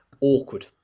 awkward